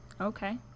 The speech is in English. Okay